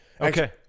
Okay